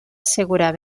assegurar